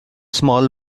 small